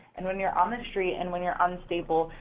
and when you're on the street and when you're unstable,